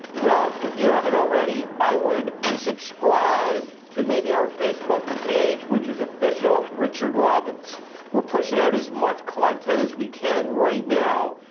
well, if you haven't already, i would subscribe to maybe our facebook page, which is officialrichardrobbins. we're pushing out as much content as we can right now,